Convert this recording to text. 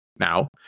now